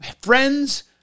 Friends